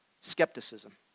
Skepticism